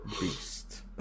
Beast